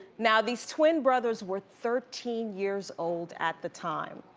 now these twin brothers were thirteen years old at the time.